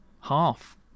half